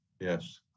Yes